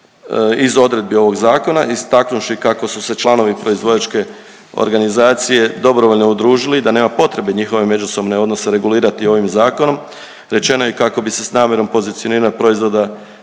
iz odredbi ovog zakona istaknuvši kako su se članovi proizvođačke organizacije dobrovoljno udružili da nema potrebe njihove međusobne odnose regulirati ovim zakonom rečeno je kako bi se s namjerom pozicioniranja proizvoda